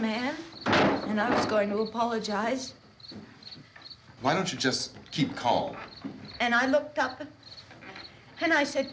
man and i was going to apologize why don't you just keep calm and i looked up and i said